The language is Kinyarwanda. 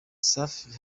safi